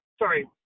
sorry